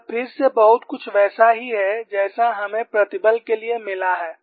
यह फिर से बहुत कुछ वैसा ही है जैसा हमें प्रतिबल के लिए मिला है